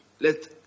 Let